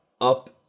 up